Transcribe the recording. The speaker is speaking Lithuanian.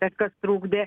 kažkas trukdė